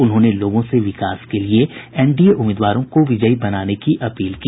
उन्होंने लोगों से विकास के लिये एनडीए उम्मीदवारों को विजयी बनाने की अपील की